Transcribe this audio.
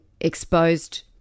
exposed